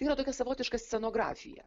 yra tokia savotiška scenografija